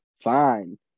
fine